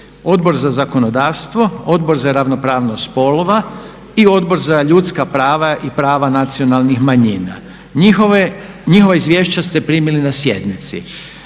Odbor za zakonodavstvo, Odbor za ravnopravnost spolova i Odbor za ljudska prava i prava nacionalnih manjina. Njihova izvješća ste primili na sjednici.